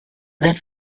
that